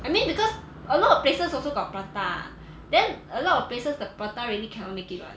I mean because a lot of places also got prata then a lot of places the prata really cannot make it one